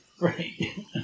right